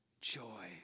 joy